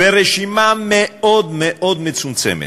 רשימה מאוד מאוד מצומצמת.